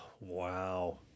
wow